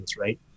right